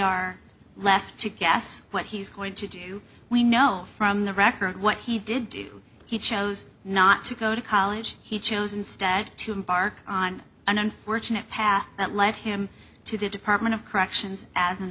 are left to guess what he's going to do we know from the record what he did do he chose not to go to college he chose instead to embark on an unfortunate path that led him to the department of corrections as an